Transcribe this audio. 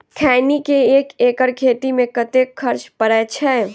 खैनी केँ एक एकड़ खेती मे कतेक खर्च परै छैय?